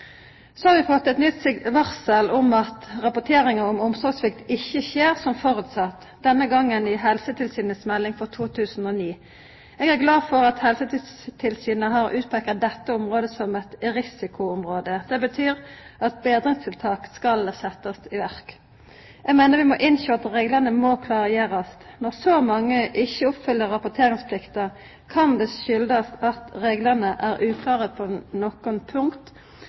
Så har vi fått eit nytt varsel om at rapporteringa om omsorgssvikt ikkje skjer som føresett – denne gongen i Helsetilsynets melding for 2009. Eg er glad for at Helsetilsynet har utpeika dette området som eit risikoområde. Det betyr at betringstiltak skal setjast i verk. Eg meiner vi må innsjå at reglane må klargjerast. Når så mange ikkje oppfyller rapporteringsplikta, kan det koma av at reglane er uklare på nokre punkt.